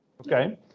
Okay